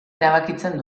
erabakitzen